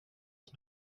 som